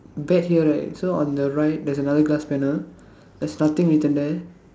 bet here right so on the right there's another glass panel there's nothing written there